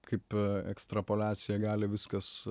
kaip ekstrapoliacija gali viskas